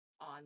on